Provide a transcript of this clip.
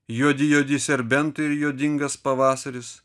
juodi juodi serbentai ir juodingas pavasaris